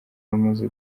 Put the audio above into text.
bamaze